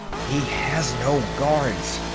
he has no guards.